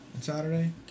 Saturday